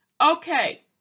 Okay